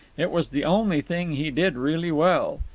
it was the only thing he did really well.